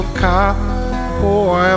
cowboy